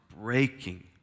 breaking